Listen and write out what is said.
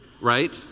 right